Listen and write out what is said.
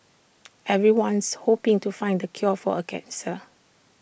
everyone's hoping to find the cure for A cancer